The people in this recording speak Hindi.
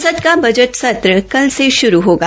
संसद का बजट सत्र कल से श्रू होगा